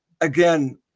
again